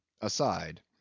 Aside